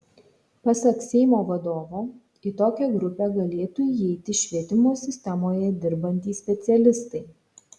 pasak seimo vadovo į tokią grupę galėtų įeiti švietimo sistemoje dirbantys specialistai